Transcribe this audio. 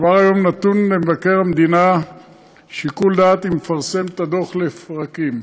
כבר היום נתון למבקר המדינה שיקול דעת אם לפרסם את הדוח לפרקים.